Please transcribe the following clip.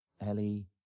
Ellie